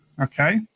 Okay